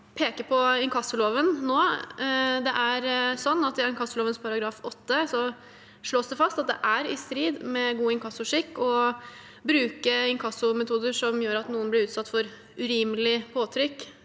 å peke på inkassoloven. I inkassoloven § 8 slås det fast at det er i strid med god inkassoskikk å bruke inkassometoder som gjør at noen blir utsatt for urimelig påtrykk,